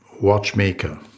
watchmaker